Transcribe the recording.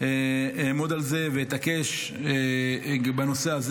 אעמוד על זה ואתעקש בנושא הזה.